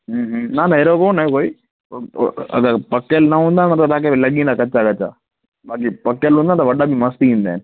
हूं हूं न न एड़ो कोन्ह आहे कोई अगरि पकियल न हूंदा न त तव्हांखे लॻींदा कच्चा कच्चा बाक़ी पकियल हूंदा त वॾनि में मस्तु ईंदा आहिनि